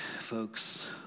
folks